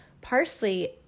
parsley